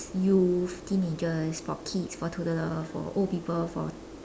youth teenagers for kids for toddler for old people for